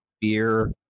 beer